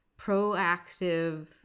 proactive